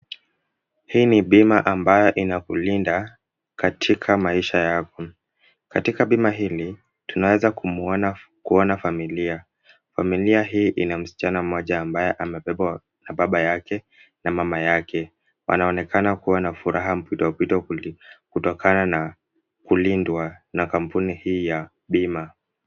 Hii ni bima ambayo inakulinda katika maisha yako. Katika bima hili, tunaeza kumuona, kuona familia. Familia hii ina msichana mmoja ambaye amebebwa na baba yake na mama yake. Wanaonekana kuwa na furaha mpwitopwito kutokana na kulindwa na kampuni hii ya bima.